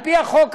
על פי החוק,